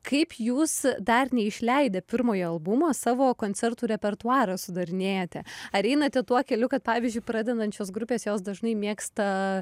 kaip jūs dar neišleidę pirmojo albumo savo koncertų repertuarą sudarinėjate ar einate tuo keliu kad pavyzdžiui pradedančios grupės jos dažnai mėgsta